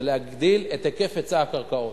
זה להגדיל את היקף היצע הקרקעות.